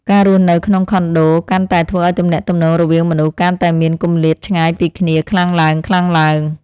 ការរស់នៅក្នុងខុនដូកាន់តែធ្វើឱ្យទំនាក់ទំនងរវាងមនុស្សកាន់តែមានគម្លាតឆ្ងាយពីគ្នាខ្លាំងឡើងៗ។